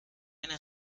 eine